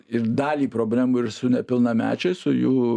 ir dalį problemų ir su nepilnamečiais su jų